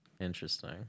Interesting